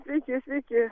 sveiki sveiki